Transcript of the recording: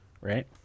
right